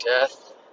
death